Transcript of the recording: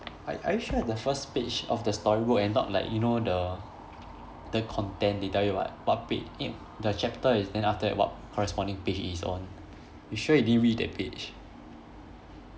are are you sure at the first page of the storybook and not like you know the the content they tell you about what pa~ eh the chapter is then after that what corresponding page it is on you sure you didn't read that page